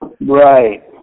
Right